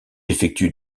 effectue